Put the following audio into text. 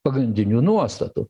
pagrindinių nuostatų